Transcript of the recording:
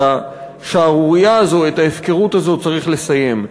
את השערורייה הזו, את ההפקרות הזאת צריך לסיים.